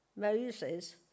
Moses